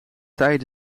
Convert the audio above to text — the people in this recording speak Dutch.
tijd